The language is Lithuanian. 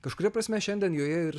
kažkuria prasme šiandien joje ir